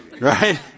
Right